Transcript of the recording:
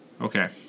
Okay